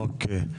אוקיי.